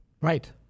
Right